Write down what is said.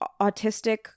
autistic